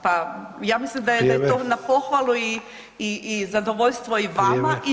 Pa ja mislim da je to na pohvalu [[Upadica: Vrijeme.]] i zadovoljstvo [[Upadica: Vrijeme.]] i vama i nama.